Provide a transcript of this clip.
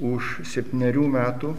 už septynerių metų